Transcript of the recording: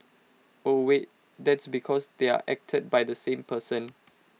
oh wait that's because they're acted by the same person